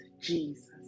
Jesus